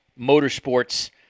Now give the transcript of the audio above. motorsports